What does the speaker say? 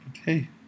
Okay